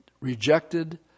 rejected